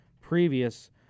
previous